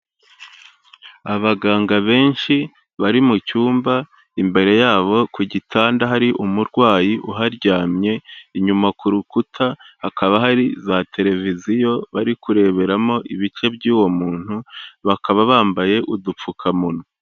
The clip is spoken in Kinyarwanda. Abaganga benshi bari mu cyumba imbere yabo ku gitanda hari umurwayi uharyamye, inyuma ku rukuta hakaba hari za televiziyo bari kureberamo ibice by'uwo muntu bakaba bambaye udupfukamunwa.